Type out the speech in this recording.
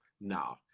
no